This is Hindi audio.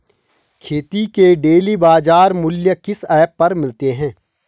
खेती के डेली बाज़ार मूल्य किस ऐप पर मिलते हैं?